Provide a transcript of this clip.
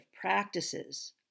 practices